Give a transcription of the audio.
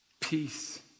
Peace